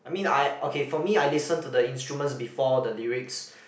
I mean I okay for me I listen to the instruments before the lyrics